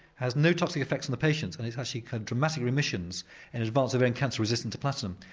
has no toxic effects on the patients, and has actually had dramatic remissions and involves but and cancer resistant to platinum.